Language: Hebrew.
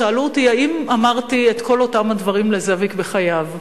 שאלו אותי האם אמרתי את כל אותם הדברים לזאביק בחייו.